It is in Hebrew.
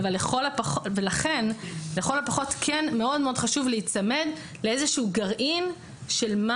לכן לכל הפחות כן מאוד מאוד חשוב להיצמד לאיזשהו גרעין של מה